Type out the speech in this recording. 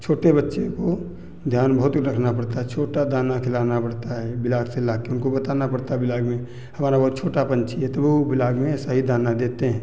छोटे बच्चे को ध्यान बहुत रखना पड़ता है छोटा दाना खिलाना पड़ता है ब्लाक से लाके उनको बताना पड़ता है ब्लाक में हमारा बहुत छोटा पंछी है तो वो ब्लाक में सही दाना देते हैं